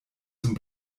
zum